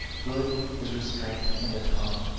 good is restraint in the tongue.